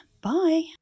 Bye